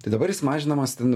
tai dabar jis mažinamas ten